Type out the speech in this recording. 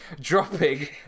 dropping